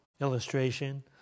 illustration